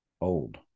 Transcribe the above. Old